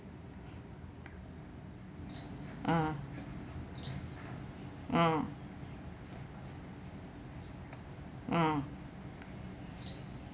ah mm mm